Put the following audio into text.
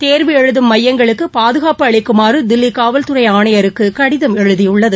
தேர்வு எழுதும் மையங்களுக்கு பாதுகாப்பு அளிக்கமாறு தில்லி காவல்துறை ஆணையருக்கு கடிதம் எழுதியுள்ளது